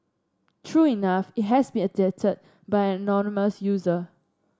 true enough it has been edited by an anonymous user